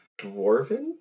dwarven